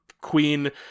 queen